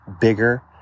bigger